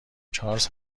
چارلز